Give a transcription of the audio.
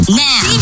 now